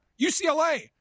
UCLA